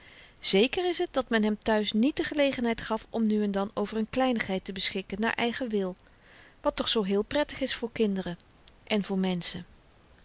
zéker is het dat men hem thuis niet de gelegenheid gaf om nu en dan over n kleinigheid te beschikken naar eigen wil wat toch zoo heel prettig is voor kinderen en voor menschen